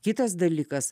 kitas dalykas